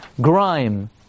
Grime